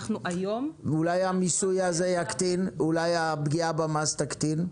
ואולי הפגיעה במס תקטין?